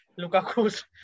Lukaku's